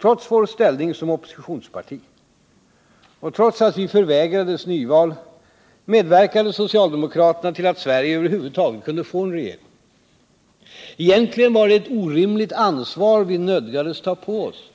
Trots vår ställning som oppositionsparti och trots att vi förvägrades nyval medverkade socialdemokraterna till att Sverige över huvud taget kunde få en regering. Egentligen var det ett orimligt ansvar vi nödgades ta på oss.